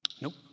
Nope